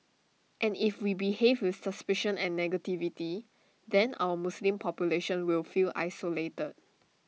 and if we behave with suspicion and negativity then our Muslim population will feel isolated